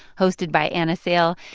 hosted by anna sale,